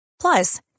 Plus